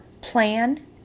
plan